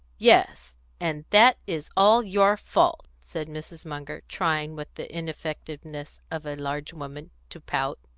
yes and that is all your fault, said mrs. munger, trying, with the ineffectiveness of a large woman, to pout.